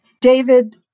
David